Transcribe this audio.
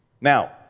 Now